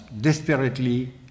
desperately